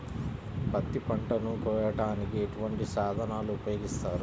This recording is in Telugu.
పత్తి పంటను కోయటానికి ఎటువంటి సాధనలు ఉపయోగిస్తారు?